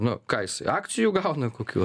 nu ką jisai akcijų gauna kokių